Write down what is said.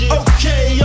okay